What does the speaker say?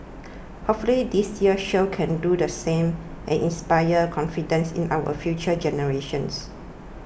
hopefully this year's show can do the same and inspire confidence in our future generations